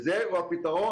וזה הוא הפתרון,